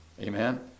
Amen